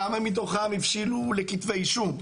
כמה מתוכם הבשילו לכתבי אישום?